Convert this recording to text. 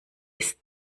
ist